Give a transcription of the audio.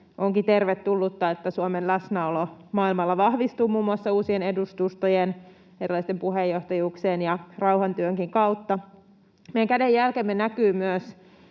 Onkin tervetullutta, että Suomen läsnäolo maailmalla vahvistuu muun muassa uusien edustustojen, erilaisten puheenjohtajuuksien ja rauhantyönkin kautta. Meidän kädenjälkemme näkyy myös